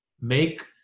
Make